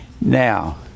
now